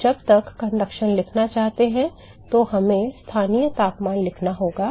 अब जब आप चालन लिखना चाहते हैं तो हमें स्थानीय तापमान लिखना होगा